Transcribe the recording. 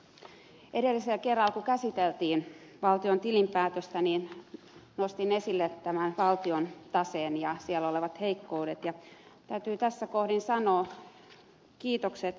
edellisellä kerralla kun käsiteltiin valtion tilinpäätöstä nostin esille tämän valtion taseen ja siellä olevat heikkoudet ja täytyy tässä kohdin sanoa kiitokset ed